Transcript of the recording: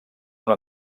una